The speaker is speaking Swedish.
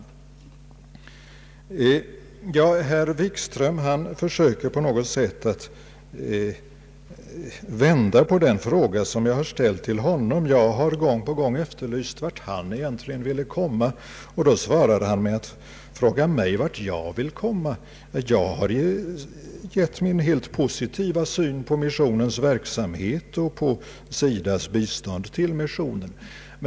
Herr Wikström försöker på något sätt att vända på den fråga som jag har ställt till honom. Jag har gång på gång efterlyst vart han vill komma, och då svarar han med att fråga mig vart jag vill komma. Jag har gett min helt positiva syn på missionens verksamhet och på SIDA:s bistånd till missionen.